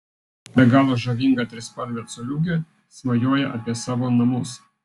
be galo žavinga trispalvė coliukė svajoja apie savo namus